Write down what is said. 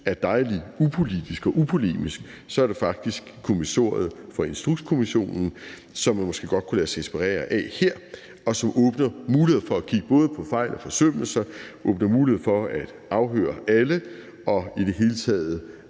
er dejlig upolitisk og upolemisk, så er det faktisk kommissoriet for Instrukskommissionen; det kunne man måske godt lade sig inspirere af her. Det åbner mulighed for at kigge på både fejl og forsømmelser, åbner mulighed for at afhøre alle og i det hele taget